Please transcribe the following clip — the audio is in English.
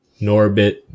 Norbit